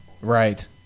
Right